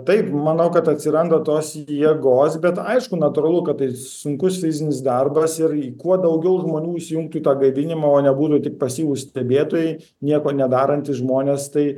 taip manau kad atsiranda tos jėgos bet aišku natūralu kad tai sunkus fizinis darbas ir į kuo daugiau žmonių įsijungtų tą gaivinimą o nebūtų tik pasyvūs stebėtojai nieko nedarantys žmonės tai